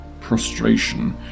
prostration